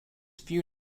few